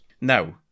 Now